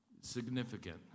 significant